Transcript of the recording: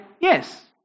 yes